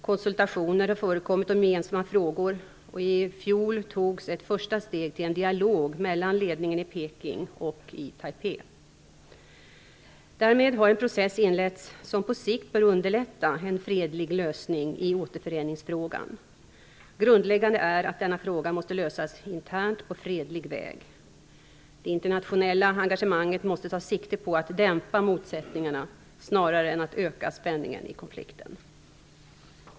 Konsultationer har förekommit om gemensamma frågor, och i fjol togs ett första steg till en dialog mellan ledningen i Peking och i Taipei. Därmed har en process inletts som på sikt bör underlätta en fredlig lösning i återföreningsfrågan. Grundläggande är att denna fråga måste lösas internt på fredlig väg. Det internationella engagemanget måste ta sikte på att dämpa motsättningarna snarare än att öka spänningen i konflikten.